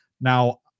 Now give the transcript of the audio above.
Now